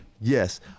Yes